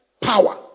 power